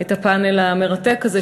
את הפאנל המרתק הזה,